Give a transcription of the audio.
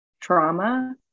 trauma